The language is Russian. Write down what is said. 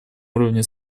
уровне